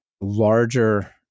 larger